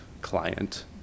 client